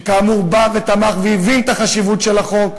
שכאמור בא ותמך והבין את החשיבות של החוק,